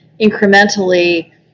incrementally